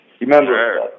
Remember